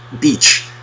beach